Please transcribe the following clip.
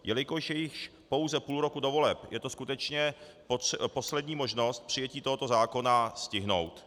Jelikož je již pouze půl roku do voleb, je to skutečně poslední možnost přijetí tohoto zákona stihnout.